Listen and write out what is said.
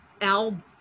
Al